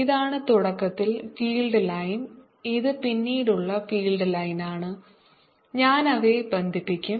ഇതാണ് തുടക്കത്തിൽ field line ഇത് പിന്നീട് ഉള്ള ഫീൽഡ് ലൈനാണ് ഞാൻ അവയെ ബന്ധിപ്പിക്കും